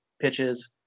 pitches